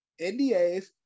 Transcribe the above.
NDAs